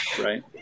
right